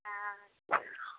हँ